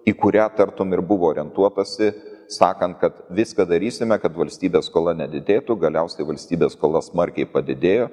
į kurią tartum ir buvo orientuotasi sakant kad viską darysime kad valstybės skola nedidėtų galiausiai valstybės skola smarkiai padidėjo